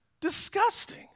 disgusting